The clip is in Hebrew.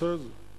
נעשה את זה.